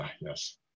Yes